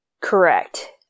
Correct